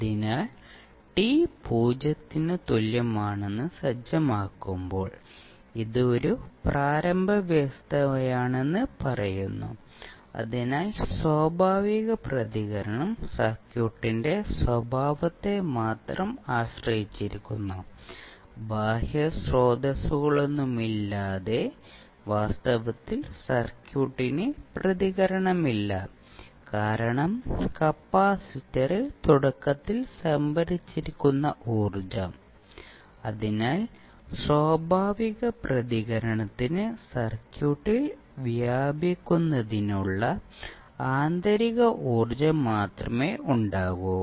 അതിനാൽ t 0 ന് തുല്യമാണെന്ന് സജ്ജമാക്കുമ്പോൾ ഇത് ഒരു പ്രാരംഭ വ്യവസ്ഥയാണെന്ന് പറയുന്നു അതിനാൽ സ്വാഭാവിക പ്രതികരണം സർക്യൂട്ടിന്റെ സ്വഭാവത്തെ മാത്രം ആശ്രയിച്ചിരിക്കുന്നു ബാഹ്യ സ്രോതസ്സുകളൊന്നുമില്ലാതെ വാസ്തവത്തിൽ സർക്യൂട്ടിന് പ്രതികരണമില്ല കാരണം കപ്പാസിറ്ററിൽ തുടക്കത്തിൽ സംഭരിച്ചിരിക്കുന്ന ഊർജ്ജം അതിനാൽ സ്വാഭാവിക പ്രതികരണത്തിന് സർക്യൂട്ടിൽ വ്യാപിക്കുന്നതിനുള്ള ആന്തരിക ഊർജ്ജം മാത്രമേ ഉണ്ടാകൂ